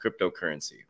cryptocurrency